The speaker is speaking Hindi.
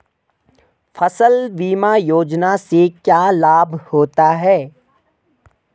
फसल बीमा योजना से क्या लाभ होता है?